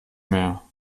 mehr